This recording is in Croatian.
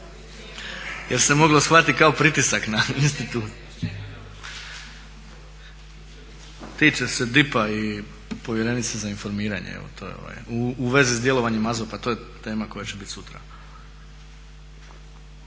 jel se moglo shvatiti kao pritisak na instituciju. Tiče se DIP-a i povjerenice za informiranje u vezi sa djelovanjem AZOP-a to je tema koja će biti sutra.